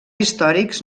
històrics